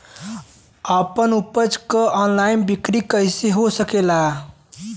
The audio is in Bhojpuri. आपन उपज क ऑनलाइन बिक्री कइसे हो सकेला?